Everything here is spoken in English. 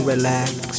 relax